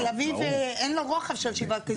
תל אביב אין לה רוחב של 7 ק"מ באזורים מסוימים.